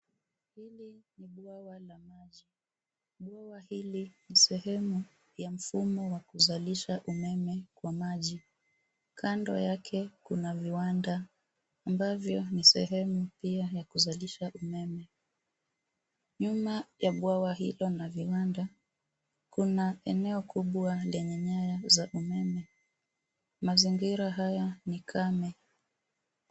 Hili ni bwawa la maji. Bwawa hili ni sehemu ya mfumo wa kuzalisha umeme kwa maji. Kando yake kuna viwanda ambavyo ni sehemu pia ya kuzalisha umeme. Nyuma ya bwaga hilo na viwanda kuna eneo kubwa lenye nyaya za umeme. Mazingira haya ni kama.